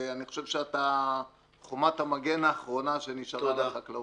ואני חושב שאתה חומת המגן האחרונה שנשארה לחקלאות.